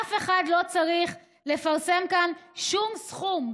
אף אחד לא צריך לפרסם כאן שום סכום,